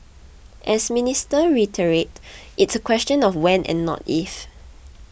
as Minister reiterated it's a question of when and not if